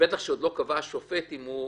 ובטח שעוד לא קבע השופט אם הוא